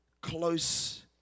close